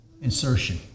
insertion